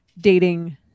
dating